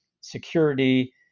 security